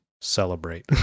celebrate